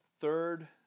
third